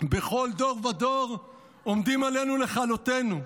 בכל דור ודור עומדים עלינו לכלותנו.